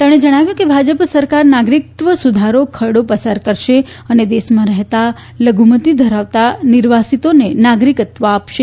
તેમણે જણાવ્યું કે ભાજપ સરકાર નાગરિકત્વ સુધારો ખરડો પસાર કરશે અને દેશમાં રહેતા લઘુમતી ધરાવતા નિર્વાસીતોને નાગરિકત્વ આપશે